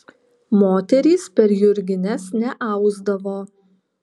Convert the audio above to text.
moterys per jurgines neausdavo